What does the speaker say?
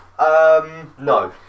no